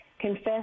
confess